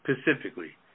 specifically